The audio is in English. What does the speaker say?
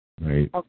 Right